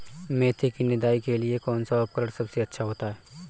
मेथी की निदाई के लिए कौन सा उपकरण सबसे अच्छा होता है?